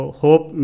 hope